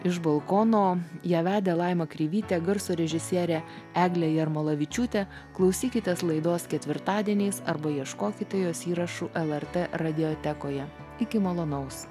iš balkono ją vedė laima kreivytė garso režisierė eglė jarmolavičiūtė klausykitės laidos ketvirtadieniais arba ieškokite jos įrašų lrt radiotekoje iki malonaus